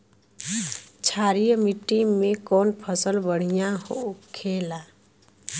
क्षारीय मिट्टी में कौन फसल बढ़ियां हो खेला?